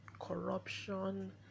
corruption